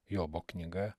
jobo knyga